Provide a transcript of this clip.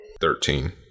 Thirteen